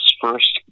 first